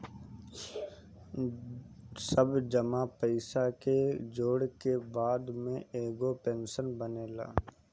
सब जमा पईसा के जोड़ के बाद में एगो पेंशन बनेला